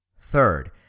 Third